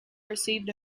received